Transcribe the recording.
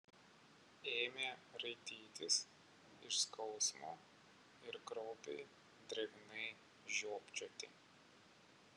ėmė raitytis iš skausmo ir kraupiai drėgnai žiopčioti